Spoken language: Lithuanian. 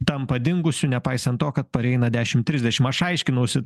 tampa dingusiu nepaisant to kad pareina dešimt trisdešimt aš aiškinausi